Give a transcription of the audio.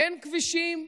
אין כבישים.